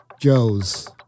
Joe's